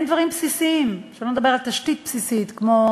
אין דברים בסיסיים, שלא לדבר על תשתית בסיסית, כמו